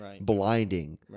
blinding